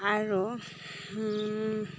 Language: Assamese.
আৰু